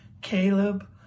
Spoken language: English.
Caleb